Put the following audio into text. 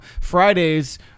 Fridays